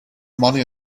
money